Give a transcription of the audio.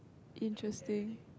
interesting